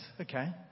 Okay